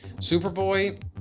Superboy